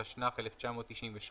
התשנ"ח-1998,